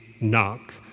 knock